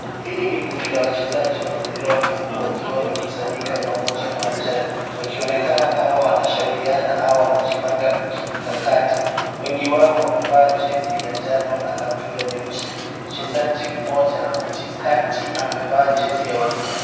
Hili ni kundi la wachezaji wa mpira wa mguu wakiwa wamekusanyika pamoja uwanjani, wakioneka kama wanashauriana au wanajipanga kimkakati. Wengi wao wamevaa jezi ya njano na kaptura nyeusi. Mchezaji mmoja katikati amevaa jezi la waridi